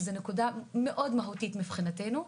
שהיא נקודה מהותית מאוד מבחינתנו.